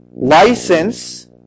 License